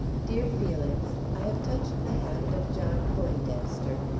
dear felix i have touched the hand of john poindexter.